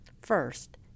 First